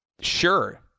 Sure